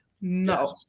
no